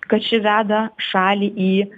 kad ši veda šalį į